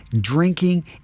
drinking